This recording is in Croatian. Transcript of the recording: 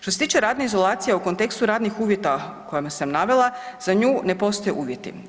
Što se tiče radne izolacije, a u kontekstu radnih uvjeta koje sam navela, za nju ne postoje uvjeti.